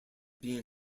being